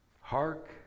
Hark